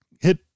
hit